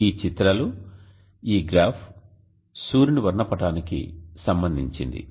ఈ చిత్రాలు ఈ గ్రాఫ్ సూర్యుని వర్ణపటానికి సంబంధించినది